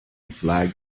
flag